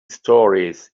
stories